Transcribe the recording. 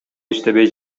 иштебей